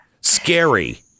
scary